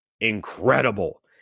incredible